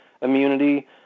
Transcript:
immunity